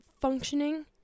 functioning